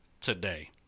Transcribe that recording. today